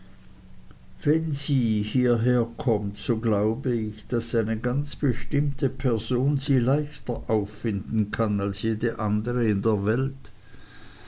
wenn sie hierher kommt so glaube ich daß eine ganz bestimmte person sie leichter auffinden kann als jede andere in der welt